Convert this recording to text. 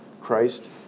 Christ